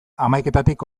hamaiketatik